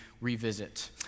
revisit